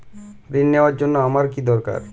ঋণ নেওয়ার জন্য আমার কী দরকার?